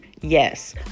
yes